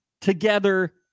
together